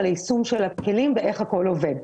על יישום הכלים ואיך הכול עובד.